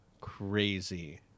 crazy